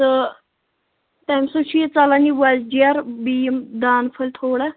تہٕ تَمہِ سۭتۍ چھُ یہِ ژَلَان یہِ وۄزجار بیٚیہِ یِم دانہٕ فٔلۍ تھوڑا